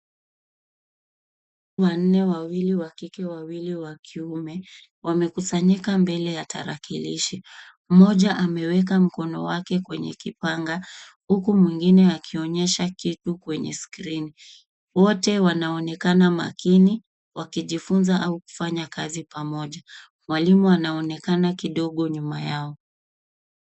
Wanne wawiwili wa kike wawawili wa kiume wamekusanyika mbele ya tarakilishi. Mmoja ameweka mkono wake kwenye kipanga huku mwingine akionyesha kitu kwenye skrini wote wanaonekana makini wakijifunza au kufanya kazi pamoja mwalimu anaonekana kidogo nyuma yao.